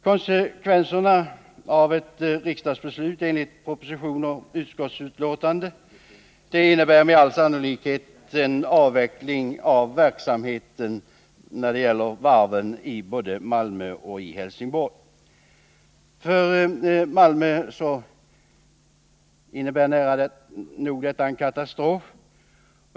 Konsekvenserna av ett riksdagsbeslut enligt propositionen och utskottsbetänkandet innebär med all sannolikhet en avveckling av verksamheten vid varven i både Malmö och Helsingborg. För Malmö innebär detta nära nog katastrof.